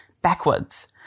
backwards